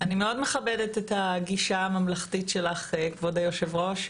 אני מאוד מכבדת את הגישה הממלכתית שלך כבוד היושב ראש,